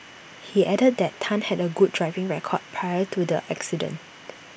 he added that Tan had A good driving record prior to the accident